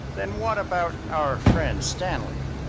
then what about our friend stanley?